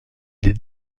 des